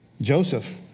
Joseph